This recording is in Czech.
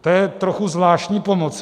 To je trochu zvláštní pomoc.